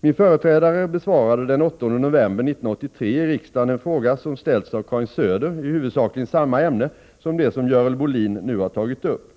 Min företrädare besvarade den 8 november 1983 i riksdagen en fråga, som ställts av Karin Söder, i huvudsakligen samma ämne som det som Görel Bohlin nu har tagit upp.